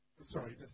sorry